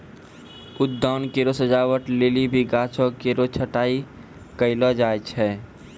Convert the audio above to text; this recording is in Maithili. उद्यान केरो सजावट लेलि भी गाछो केरो छटाई कयलो जाय छै